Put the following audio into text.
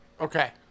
Okay